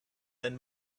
and